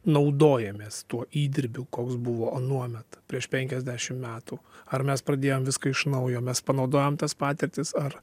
naudojamės tuo įdirbiu koks buvo anuomet prieš penkiasdešim metų ar mes pradėjom viską iš naujo mes panaudojom tas patirtis ar